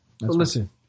Listen